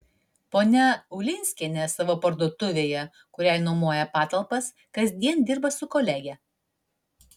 ponia ulinskienė savo parduotuvėje kuriai nuomoja patalpas kasdien dirba su kolege